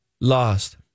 lost